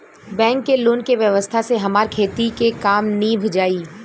bank के loan के व्यवस्था से हमार खेती के काम नीभ जाई